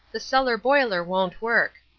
the cellar boiler won't work.